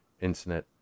Internet